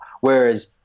Whereas